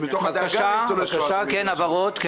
בבקשה, הבהרות.